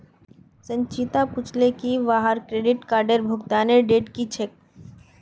संचिता पूछले की वहार क्रेडिट कार्डेर भुगतानेर डेट की छेक